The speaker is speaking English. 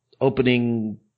opening